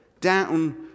down